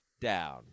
Down